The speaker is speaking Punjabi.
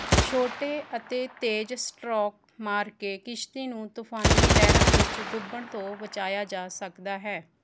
ਛੋਟੇ ਅਤੇ ਤੇਜ਼ ਸਟ੍ਰੋਕ ਮਾਰ ਕੇ ਕਿਸ਼ਤੀ ਨੂੰ ਤੂਫਾਨੀ ਲਹਿਰਾਂ ਵਿੱਚ ਡੁੱਬਣ ਤੋਂ ਬਚਾਇਆ ਜਾ ਸਕਦਾ ਹੈ